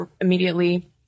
immediately